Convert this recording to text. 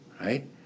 right